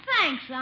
Thanks